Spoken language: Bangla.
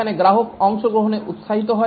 এখানে গ্রাহক অংশগ্রহণে উৎসাহিত হয়